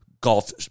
golf